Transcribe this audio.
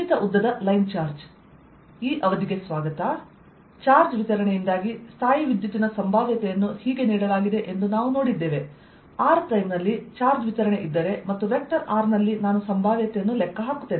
ಸೀಮಿತ ಉದ್ದದ line charge charge ವಿತರಣೆಯಿಂದಾಗಿ ಸ್ಥಾಯೀವಿದ್ಯುತ್ತಿನ ಸಂಭಾವ್ಯತೆಯನ್ನು ಹೀಗೆ ನೀಡಲಾಗಿದೆ ಎಂದು ನಾವು ನೋಡಿದ್ದೇವೆ r ಪ್ರೈಮ್ ನಲ್ಲಿ ಚಾರ್ಜ್ ವಿತರಣೆ ಇದ್ದರೆ ಮತ್ತು ವೆಕ್ಟರ್ r ನಲ್ಲಿ ನಾನು ಸಂಭಾವ್ಯತೆಯನ್ನು ಲೆಕ್ಕ ಹಾಕುತ್ತೇನೆ